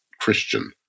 Christian